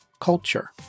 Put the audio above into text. culture